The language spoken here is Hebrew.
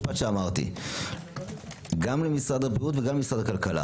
גם למשרד הבריאות וגם למשרד הכלכלה